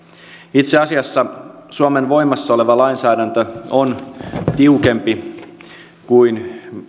itse asiassa suomen voimassa oleva lainsäädäntö on tiukempi kuin